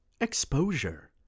Exposure